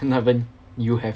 not even